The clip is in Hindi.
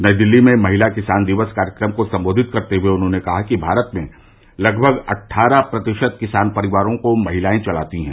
नई दिल्ली में महिला किसान दिवस कार्यक्रम को संबोधित करते हुए उन्होंने कहा कि भारत में लगभग अट्ठारह प्रतिशत किसान परिवारों को महिलायें चलाती हैं